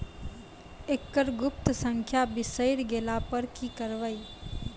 एकरऽ गुप्त संख्या बिसैर गेला पर की करवै?